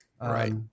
right